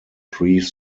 prix